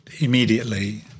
immediately